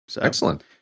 Excellent